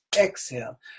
exhale